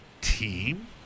team